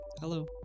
Hello